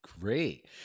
Great